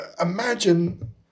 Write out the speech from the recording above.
Imagine